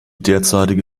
derzeitige